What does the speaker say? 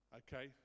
okay